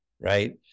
right